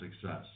success